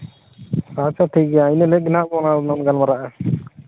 ᱟᱪᱪᱷᱟ ᱴᱷᱤᱠ ᱜᱮᱭᱟ ᱤᱱᱟᱹ ᱠᱚᱫᱚ ᱯᱚᱨᱮ ᱞᱟᱝ ᱜᱟᱞᱢᱟᱨᱟᱜᱼᱟ